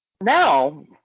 Now